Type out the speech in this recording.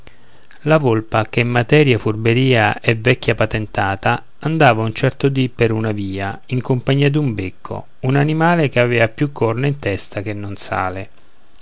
la volpe che in materia furberia è vecchia patentata andava un certo dì per una via in compagnia d'un becco un animale che avea più corna in testa che non sale